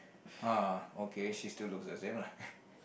!huh! ok she still look the same lah